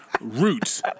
Roots